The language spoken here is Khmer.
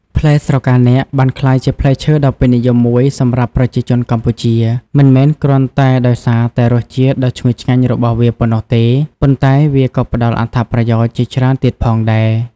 ផ្លែស្រកានាគបានក្លាយជាផ្លែឈើដ៏ពេញនិយមមួយសម្រាប់ប្រជាជនកម្ពុជា មិនមែនគ្រាន់តែដោយសារតែរសជាតិដ៏ឈ្ងុយឆ្ងាញ់របស់វាប៉ុណ្ណោះទេ ប៉ុន្តែវាក៏ផ្ដល់អត្ថប្រយោជន៍ជាច្រើនទៀតផងដែរ។